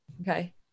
okay